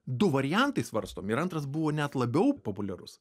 du variantai svarstomi ir antras buvo net labiau populiarus